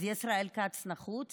אז ישראל כץ נחוץ